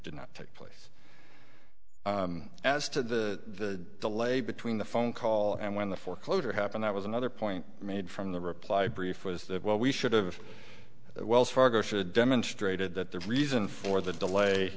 did not take place as to the delay between the phone call and when the foreclosure happened that was another point made from the reply brief was that well we should have wells fargo should demonstrated that the reason for the delay